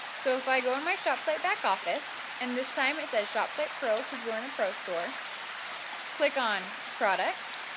so, if i go in my shopsite backoffice and this time is says shopsite pro because we are in a pro store click on products,